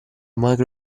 magro